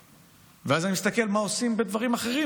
ואז אני מסתכל מה עושים בדברים אחרים.